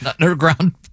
Underground